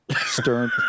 Stern